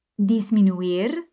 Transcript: disminuir